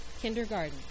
kindergarten